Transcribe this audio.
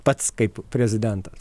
pats kaip prezidentas